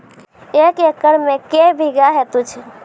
एक एकरऽ मे के बीघा हेतु छै?